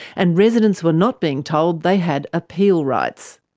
and residents were not being told they had appeal rights.